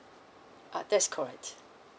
uh that's correct